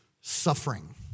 suffering